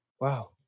Wow